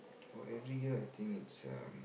for every year I think it's um